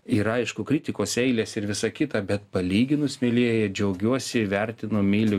yra aišku kritikos eilės ir visa kita bet palyginus mielieji džiaugiuosi vertinu myliu